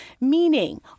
Meaning